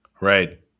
right